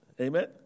Amen